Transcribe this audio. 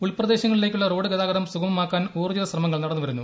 ഉൾപ്രദേശങ്ങളിലേക്കുള്ള road ഗതാഗതം സുഗമമാക്കാൻ ഊർജ്ജിത ശ്രമങ്ങൾ നടന്നു വരുന്നു